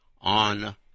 on